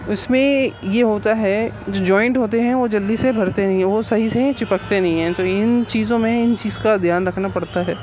اس میں یہ ہوتا ہے جو جوائنٹ ہوتے ہیں وہ جلدی سے بھرتے نہیں ہیں وہ صحیح سے چپکتے نہیں ہیں تو ان چیزوں میں ان چیز کا دھیان رکھنا پڑتا ہے